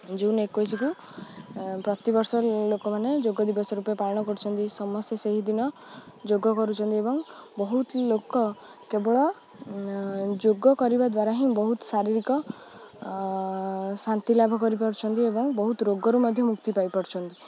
ଜୁନ ଏକୋଇଶକୁ ପ୍ରତିବର୍ଷ ଲୋକମାନେ ଯୋଗ ଦିବସ ରୂପେ ପାଳନ କରୁଛନ୍ତି ସମସ୍ତେ ସେହିଦିନ ଯୋଗ କରୁଛନ୍ତି ଏବଂ ବହୁତ ଲୋକ କେବଳ ଯୋଗ କରିବା ଦ୍ୱାରା ହିଁ ବହୁତ ଶାରୀରିକ ଶାନ୍ତି ଲାଭ କରିପାରୁଛନ୍ତି ଏବଂ ବହୁତ ରୋଗରୁ ମଧ୍ୟ ମୁକ୍ତି ପାଇପାରୁଛନ୍ତି